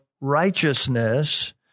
righteousness